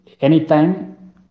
anytime